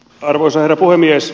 arvoisa herra puhemies